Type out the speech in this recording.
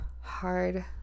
hard